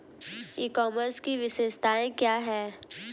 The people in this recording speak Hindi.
ई कॉमर्स की विशेषताएं क्या हैं?